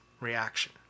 reaction